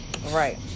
Right